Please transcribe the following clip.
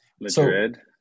Madrid